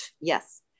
Yes